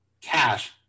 cash